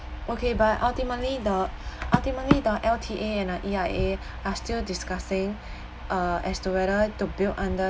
okay but ultimately the ultimately the L_T_A and E_I_A are still discussing uh as to whether to build under